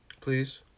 Please